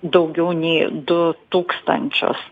daugiau nei du tūkstančius